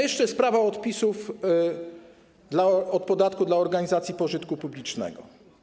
Jeszcze sprawa odpisu od podatku dla organizacji pożytku publicznego.